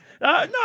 no